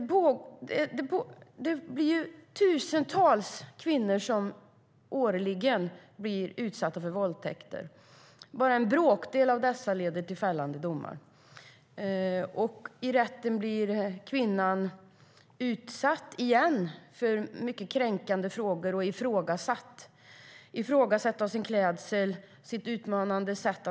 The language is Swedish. Årligen är det tusentals kvinnor som blir utsatta för våldtäkter. Bara en bråkdel av dessa fall leder till fällande domar. I rätten blir kvinnan utsatt igen. Hon får mycket kränkande frågor och blir ifrågasatt. Hon blir ifrågasatt på grund av sin klädsel och sitt utmanande sätt.